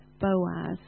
Boaz